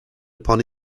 upon